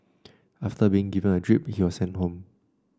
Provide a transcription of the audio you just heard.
after being given a drip he was sent home